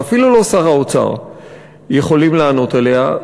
ואפילו לא שר האוצר יכולים לענות עליה,